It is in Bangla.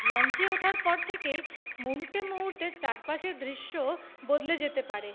লঞ্চে ওঠার পর থেকেই মুহূর্তে মুহূর্তে চারপাশের দৃশ্য বদলে যেতে পারে